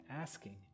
asking